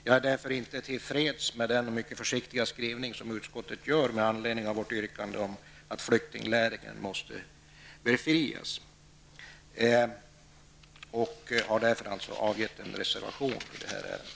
Jag är därför inte till freds med den mycket försiktiga skrivning som utskottet gör med anledning av vårt yrkande att flyktinglägren måste befrias och har därför avgivit en reservation i det här ärendet.